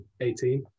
18